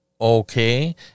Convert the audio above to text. Okay